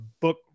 book